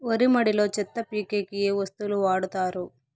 వరి మడిలో చెత్త పీకేకి ఏ వస్తువులు వాడుతారు?